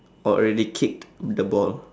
or already kicked the ball